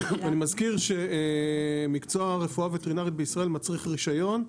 ואני מזכיר שמקצוע הרפואה הווטרינרית בישראל מצריך רישיון,